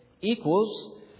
equals